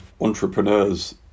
entrepreneurs